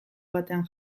batean